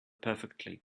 perfectly